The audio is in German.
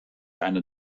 einer